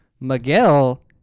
Miguel